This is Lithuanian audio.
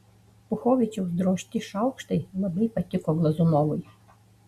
puchovičiaus drožti šaukštai labai patiko glazunovui